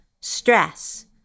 stress